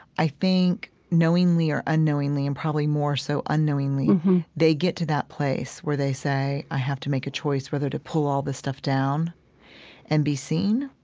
i think knowingly or unknowingly and probably more so unknowingly they get to that place where they say, i have to make a choice whether to pull all this stuff down and be seen